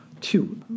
Two